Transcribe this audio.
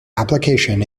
application